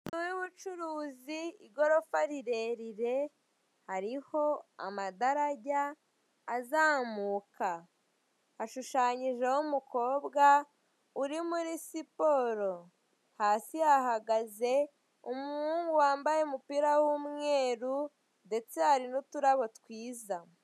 Inzu y'ubucuruzi igorofa rirerire harimo amadarajya azamuka, hashushanyijeho umukobwa uri muri siporo, hasi hahagaze umuhungu wambaye umupira w'umweru, ndetse hari n'uturabo twiza.